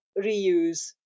reuse